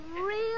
real